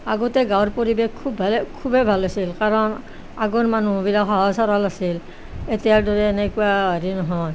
আগতে গাঁৱৰ পৰিৱেশ খুব ভালেই খুবেই ভাল আছিল কাৰণ আগৰ মানুহবিলাক সহজ সৰল আছিল এতিয়াৰ দৰে এনেকুৱা হেৰি নহয়